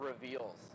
reveals